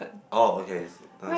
oh okay